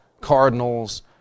cardinals